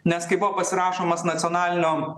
nes kai buvo pasirašomas nacionalinio